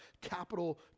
capital